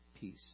peace